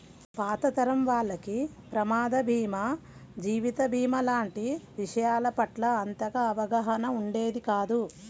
పాత తరం వాళ్లకి ప్రమాద భీమా, జీవిత భీమా లాంటి విషయాల పట్ల అంతగా అవగాహన ఉండేది కాదు